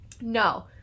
no